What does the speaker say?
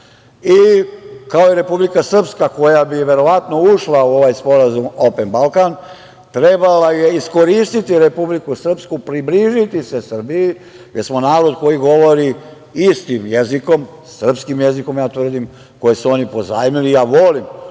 kao i Republika Srpska koja bi verovatno ušla u ovaj Sporazum „Open Balkan“, trebala je iskoristiti Republiku Srpsku, približiti se Srbiji, jer smo narod koji govori istim jezikom, srpskim jezikom, ja tvrdim koji su oni pozajmili. Volim